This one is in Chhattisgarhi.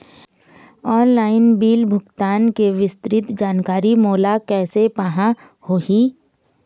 ऑनलाइन बिल भुगतान के विस्तृत जानकारी मोला कैसे पाहां होही?